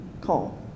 call